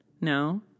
No